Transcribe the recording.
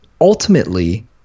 ultimately